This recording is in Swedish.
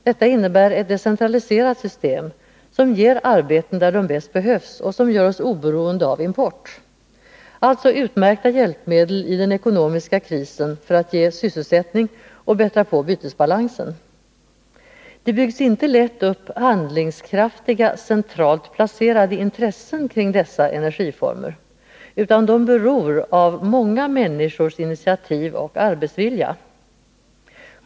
Detta innebär ett decentraliserat system, som ger arbeten där dessa bäst behövs och som gör oss oberoende av import, alltså utmärkta hjälpmedel i den ekonomiska krisen för att ge bättre sysselsättning och bättra på bytesbalansen. Det byggs inte lätt upp handlingskraftiga, centralt placerade intressen kring dessa energiformer, utan de beror av många människors initiativ och arbetsvilja.